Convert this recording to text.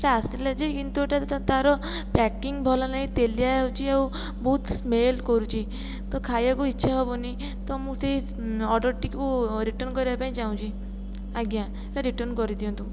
ସେ ଆସିଲା ଯେ କିନ୍ତୁ ଏଇଟା ତାର ପ୍ୟାକିଙ୍ଗ୍ ଭଲନାହିଁ ତେଲିଆ ହେଉଛି ଆଉ ବହୁତ ସ୍ମେଲ କରୁଛି ତ ଖାଇବାକୁ ଇଚ୍ଛା ହେବନି ତ ମୁଁ ସେଇ ଉଁ ଅର୍ଡ଼ରଟିକୁ ରିଟର୍ନ କରିବାକୁ ଚାହୁଁଛି ଆଜ୍ଞା ରିଟର୍ନ କରିଦିଅନ୍ତୁ